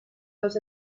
los